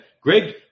Greg